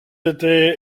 étaient